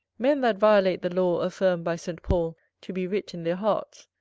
men that violate the law affirmed by st. paul to be writ in their hearts,